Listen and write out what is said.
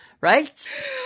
right